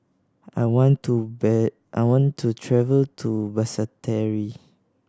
I want to I want to travel to Basseterre